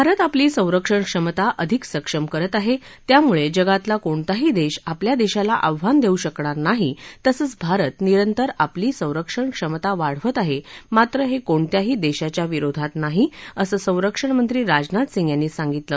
भारत आपली संरक्षण क्षमता अधिक सक्षम करत आहे त्यामुळे जगातला कोणताही देश आपल्या देशाला आव्हान देऊ शकणार नाही तसंच भारत निरंतर आपली संरक्षण क्षमता वाढवत आहे मात्र हे कोणत्याही देशाच्या विरोधात नाही असं संरक्षणमंत्री राजनाथ सिंह यांनी सांगितलं